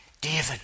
David